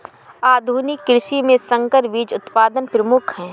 आधुनिक कृषि में संकर बीज उत्पादन प्रमुख है